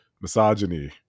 misogyny